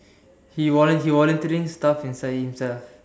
he volun~ he volunteering stuff inside himself